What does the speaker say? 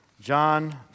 John